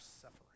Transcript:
suffering